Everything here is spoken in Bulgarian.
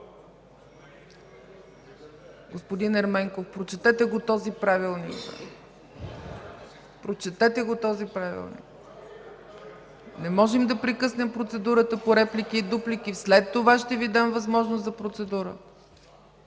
Господин Ерменков, прочетете го този правилник! Прочетете го този правилник! Не можем да прекъснем процедурата по реплики и дуплики. След това ще Ви дам възможност за процедура.